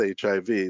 HIV